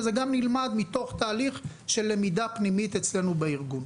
וזה גם נלמד מתוך תהליך של למידה פנימית אצלנו בארגון.